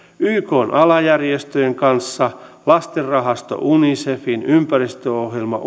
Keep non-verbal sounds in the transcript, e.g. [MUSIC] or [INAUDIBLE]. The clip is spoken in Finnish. ykn alajärjestöjen kanssa lastenrahasto unicefin ympäristöohjelma [UNINTELLIGIBLE]